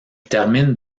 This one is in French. termine